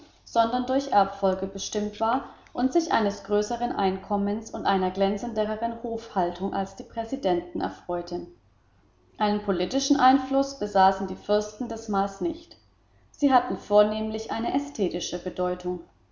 sondern durch erbfolge bestimmt war und sich eines größeren einkommens und einer glänzenderen hofhaltung als die präsidenten erfreute einen höheren politischen einfluß besaßen die fürsten des mars nicht sie hatten vornehmlich eine ästhetische bedeutung